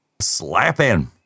Slapping